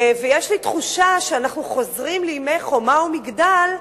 יש לי תחושה שאנחנו חוזרים לימי "חומה ומגדל",